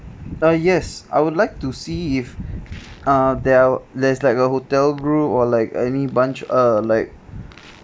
err yes I would like to see if uh there are there's like a hotel room or like any bunch err like